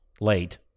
late